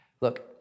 Look